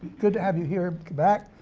good to have you here back.